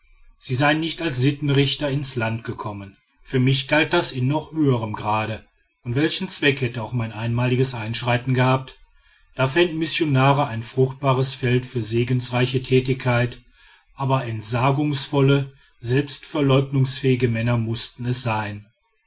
sie seien nicht als sittenrichter ins land gekommen für mich galt das in noch höherm grade und welchen zweck hätte auch mein einmaliges einschreiten gehabt da fänden missionare ein fruchtbares feld für segensreiche tätigkeit aber entsagungsvolle selbstverleugnungsfähige männer müßten es sein